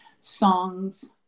songs